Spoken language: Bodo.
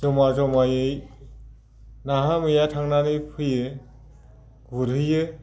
जमा जमायै नाहा मैया थांनानै फैयो गुरहैयो